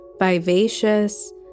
vivacious